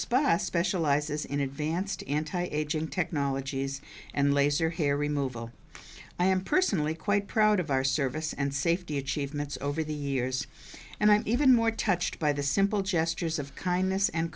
specificially ices in advanced anti aging technologies and laser hair removal i am personally quite proud of our service and safety achievements over the years and i am even more touched by the simple gestures of kindness and